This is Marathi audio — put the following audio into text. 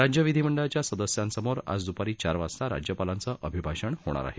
राज्य विधीमंडळाच्या सदस्यांसमोर आज दुपारी चार वाजता राज्यपालांचं अभिभाषण होणार आहे